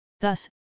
Thus